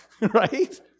right